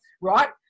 right